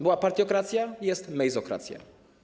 Była partiokracja, jest mejzokracja.